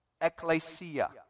ecclesia